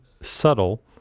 subtle